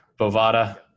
Bovada